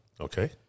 Okay